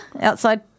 outside